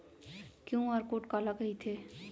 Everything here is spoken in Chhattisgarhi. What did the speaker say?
क्यू.आर कोड काला कहिथे?